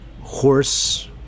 horse